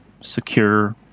secure